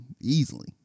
easily